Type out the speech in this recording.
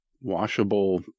washable